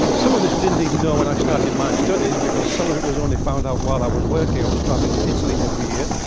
some of this we didn't even know when i started my studies, because some of it was only found out while i was working. i was traveling to italy every year.